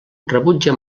rebutja